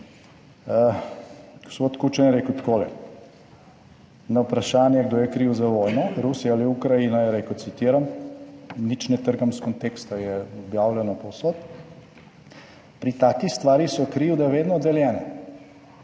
Gospod Kučan je rekel takole, na vprašanje, kdo je kriv za vojno, Rusija ali Ukrajina, je rekel, citiram, nič ne trgam iz konteksta, je objavljeno povsod: »Pri taki stvari so krivde vedno deljene,